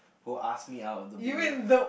who asked me out of the blue